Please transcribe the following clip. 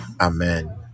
Amen